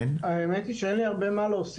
האמת היא שאין לי מה להוסיף.